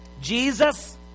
Jesus